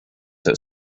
that